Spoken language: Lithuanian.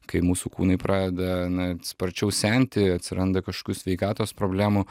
kai mūsų kūnai pradeda na sparčiau senti atsiranda kažkokių sveikatos problemų